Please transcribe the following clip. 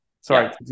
Sorry